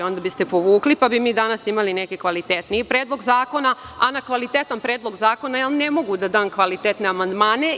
Onda biste povukli pa bi mi danas imali neki kvalitetniji predlog zakona, a na kvalitetan predlog zakona ja ne mogu da dam kvalitetne amandmane.